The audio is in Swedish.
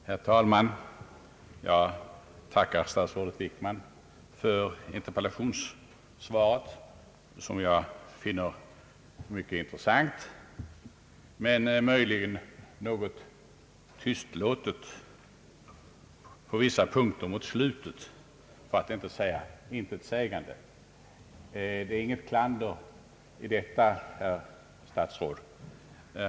Herr talman! Jag tackar statsrådet Wickman för interpellationssvaret, vilket jag finner mycket intressant men på vissa punkter mot slutet möjligen något tystlåtet för att inte säga intetsägande. Det ligger inget klander i detta, herr statsråd.